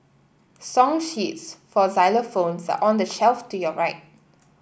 song sheets for xylophones are on the shelf to your right